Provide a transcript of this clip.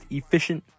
efficient